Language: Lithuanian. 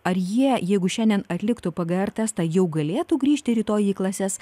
ar jie jeigu šiandien atliktų pgr testą jau galėtų grįžti rytoj į klases